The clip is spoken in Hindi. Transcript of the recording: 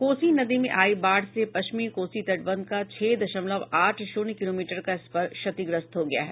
कोसी नदी में आई बाढ़ से पश्चिमी कोसी तटबंध का छह दशमवल आठ शून्य किलोमीटर का स्पर क्षतिग्रस्त हो गया है